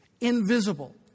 Invisible